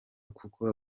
kuko